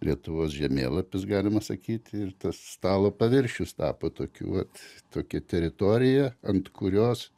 lietuvos žemėlapis galima sakyti ir tas stalo paviršius tapo tokiu vat tokia teritorija ant kurios